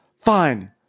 Fine